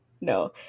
No